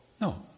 No